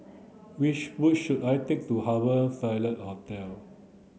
which bush should I take to Harbour Ville Hotel